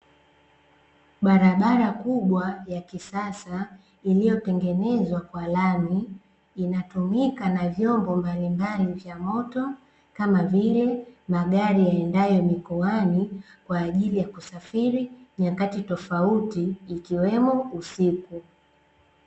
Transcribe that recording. Barabara kubwa ya kisasa iliyotengenezwa kwa lami, inatumika na vyombo mbalimbali vya moto, kama vile: magari yaendayo mikoani kwa ajili ya kusafiri nyakati tofauti ikiwemo ;usiku.